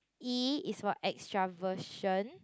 E is for extraversion